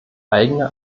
eigene